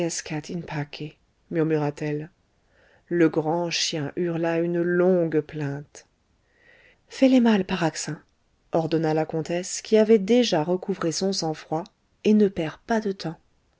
requiescat in pace murmura-t-elle le grand chien hurla une longue plainte fais les malles paraxin ordonna la comtesse qui avait déjà recouvré son sang-froid et ne perds pas de temps